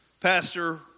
Pastor